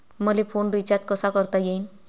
मले phone recharge कसा करता येईन?